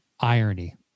irony